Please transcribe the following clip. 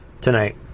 tonight